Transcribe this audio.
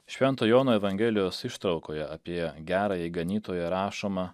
švento jono evangelijos ištraukoje apie gerąjį ganytoją rašoma